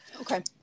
Okay